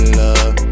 love